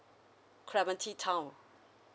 clementi town